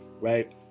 right